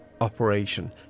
operation